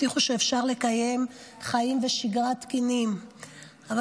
הבטיחו שאפשר לקיים חיים תקינים בשגרה,